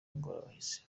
ingorabahizi